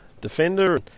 defender